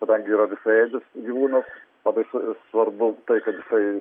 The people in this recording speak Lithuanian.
kadangi yra visaėdis gyvūnas labai svarbu tai kad jisai